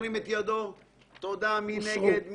מי נגד?